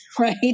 right